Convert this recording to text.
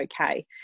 okay